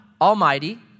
Almighty